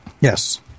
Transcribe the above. Yes